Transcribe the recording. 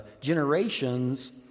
generations